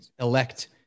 elect